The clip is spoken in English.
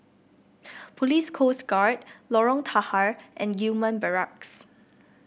Police Coast Guard Lorong Tahar and Gillman Barracks